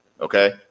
Okay